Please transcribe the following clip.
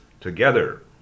together